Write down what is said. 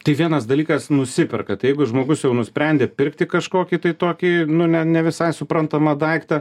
tai vienas dalykas nusiperka tai jeigu žmogus jau nusprendė pirkti kažkokį tai tokį nu ne ne visai suprantamą daiktą